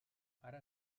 ara